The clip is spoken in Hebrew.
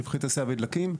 שפכי תעשייה ודלקים,